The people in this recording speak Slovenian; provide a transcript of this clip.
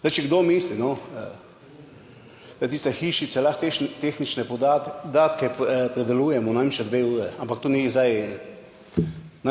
Zdaj, če kdo misli, da tiste hišice, lahko te tehnične podatke predelujemo, ne vem, še 2 uri, ampak to ni zdaj